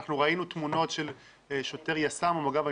אנחנו ראינו תמונות של שוטר יס"מ או מג"ב,